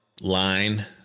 line